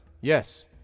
Yes